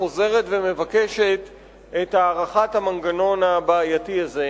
חוזרת ומבקשת את הארכת המנגנון הבעייתי הזה.